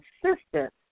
consistent